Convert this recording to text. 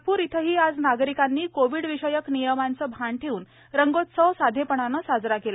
नागप्र इथेही आज नागरिकांनी कोविडविषयक नियमांचं भान ठेवून रंगोत्सव साधेपणानं साजरा केला